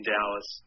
Dallas